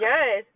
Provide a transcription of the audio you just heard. Yes